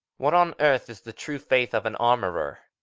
what on earth is the true faith of an armorer?